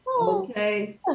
Okay